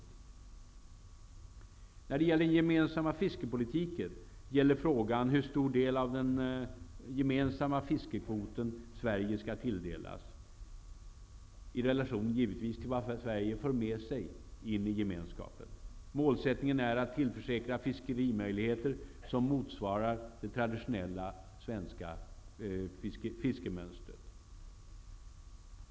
När det för det andra gäller den gemensamma fiskepolitiken är frågan hur stor del av den gemensamma fiskekvoten Sverige skall tilldelas, i relation givetvis till vad Sverige för med sig in i Gemenskapen. Målsättningen är att tillförsäkra fiskerimöjligheter som motsvarar det traditionella svenska fiskemönstret.